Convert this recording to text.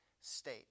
state